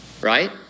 right